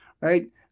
right